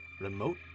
remote